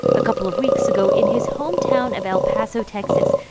a couple of weeks ago, in his hometown of el paso, texas,